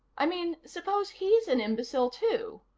i mean, suppose he's an imbecile, too?